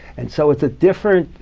and so it's at different,